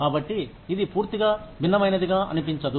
కాబట్టి ఇది పూర్తిగా భిన్నమైనదిగా అనిపించదు